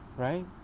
Right